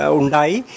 undai